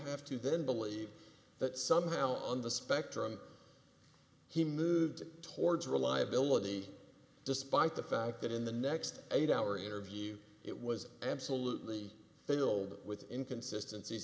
have to then believe that somehow on the spectrum he moved towards reliability despite the fact that in the next eight hour interview it was absolutely fatal with inconsistency